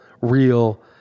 real